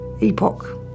epoch